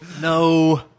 No